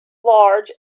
large